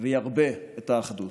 וירבה את האחדות.